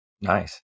Nice